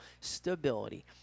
stability